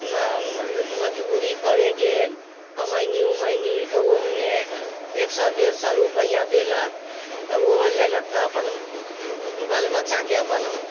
मजदूरी करै गेल कमैनी उमैनी तऽ ओहूमे एक सओ डेढ़ सओ रुपआ देलक तऽ ओहो लेलक तऽ अपन बाल बच्चाके अपन